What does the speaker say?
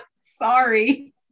Sorry